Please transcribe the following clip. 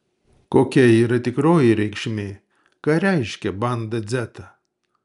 kokia yra tikroji reikšmė ką reiškia banda dzeta